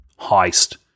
Heist